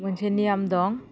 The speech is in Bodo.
मोनसे नियम दं